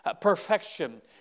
perfection